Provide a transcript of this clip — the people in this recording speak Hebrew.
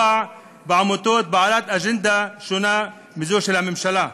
בעמותות בעלות אג'נדה שונה מזו של הממשלה,